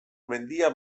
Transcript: mendia